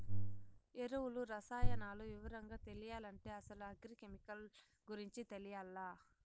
ఎరువులు, రసాయనాలు వివరంగా తెలియాలంటే అసలు అగ్రి కెమికల్ గురించి తెలియాల్ల